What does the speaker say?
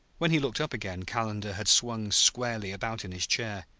when he looked up again calendar had swung squarely about in his chair.